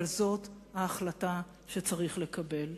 אבל זו ההחלטה שצריך לקבל.